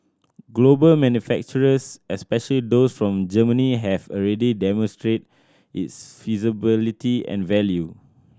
global manufacturers especially those from Germany have already demonstrated its feasibility and value